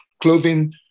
clothing